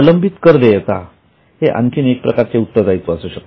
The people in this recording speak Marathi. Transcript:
प्रलंबित कर देयता हे आणखीन एक प्रकारचे उत्तरदायित्व असू शकते